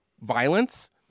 violence